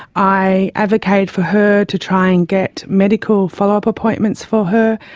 i advocated for her to try and get medical follow-up appointments for her.